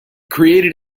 created